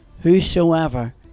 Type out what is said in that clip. whosoever